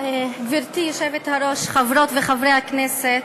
גברתי היושבת-ראש, חברות וחברי הכנסת,